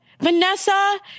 Vanessa